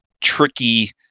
tricky